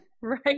right